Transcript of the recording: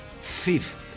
fifth